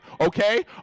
okay